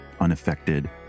unaffected